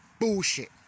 bullshit